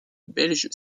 belge